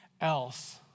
else